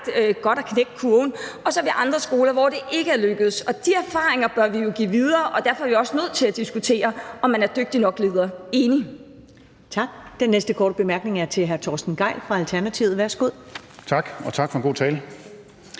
godt at knække kurven, og så har vi andre skoler, hvor det ikke er lykkedes. De erfaringer bør vi jo give videre, og derfor er vi også nødt til at diskutere, om man er en dygtig nok leder. Enig! Kl. 14:25 Første næstformand (Karen Ellemann): Tak. Den næste korte bemærkning er fra hr. Torsten Gejl fra Alternativet. Værsgo. Kl. 14:25 Torsten Gejl